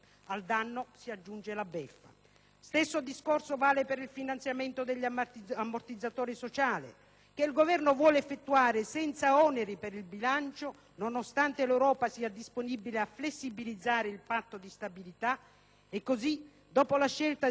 Stesso discorso vale per il finanziamento degli ammortizzatori sociali, che il Governo vuole effettuare senza oneri per il bilancio nonostante l'Europa sia disponibile a flessibilizzare il Patto di stabilità. Dopo la scelta di togliere l'ICI anche ai più ricchi,